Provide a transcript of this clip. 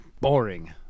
Boring